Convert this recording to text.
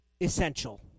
essential